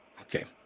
Okay